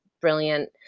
brilliant